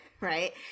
right